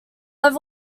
have